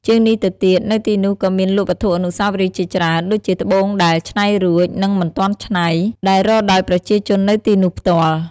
ជាងនេះទៅទៀត នៅទីនោះក៏មានលក់វត្ថុអនុស្សាវរីយ៍ជាច្រើន ដូចជាត្បូងដែលឆ្នៃរួច និងមិនទាន់ឆ្នៃ ដែលរកដោយប្រជាជននៅទីនោះផ្ទាល់ ។